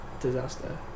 disaster